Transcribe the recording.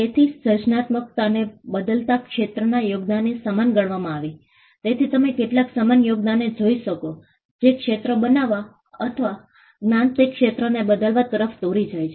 તેથી સર્જનાત્મકતાને બદલતા ક્ષેત્રના યોગદાન ની સમાન ગણવામાં આવી જેથી તમે કેટલાક સમાન યોગદાનને જોઈ શકો જે ક્ષેત્ર બનાવવા અથવા જ્ઞાન અને તે ક્ષેત્રને બદલવા તરફ દોરી જાય છે